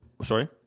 Sorry